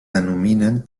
denominen